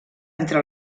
entre